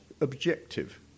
objective